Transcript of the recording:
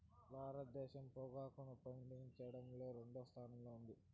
భారతదేశం పొగాకును పండించడంలో రెండవ స్థానంలో ఉంది